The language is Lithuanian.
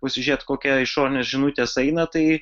pasižiūrėt kokia išorinė žinutės eina tai